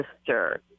sister